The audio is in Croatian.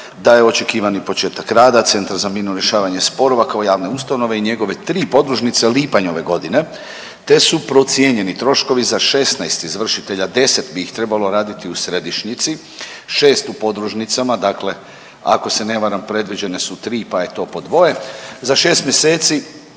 da je očekivani početak rada Centra za mirno rješavanje sporova kao javne ustanove i njegove tri podružnice, lipanj ove godine, te su procijenjeni troškovi za 16 izvršitelja, 10 bi ih trebalo raditi u središnjici, 6 u podružnicama, dakle ako se ne varam predviđene su 3, pa je to po dvoje. Za 6 mjeseci